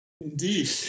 Indeed